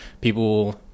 People